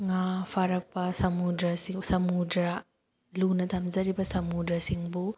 ꯉꯥ ꯐꯥꯔꯛꯄ ꯁꯃꯨꯗ꯭ꯔꯁꯨ ꯁꯃꯨꯗ꯭ꯔ ꯂꯨꯅ ꯊꯝꯖꯔꯤꯕ ꯁꯃꯨꯗ꯭ꯔꯁꯤꯡꯕꯨ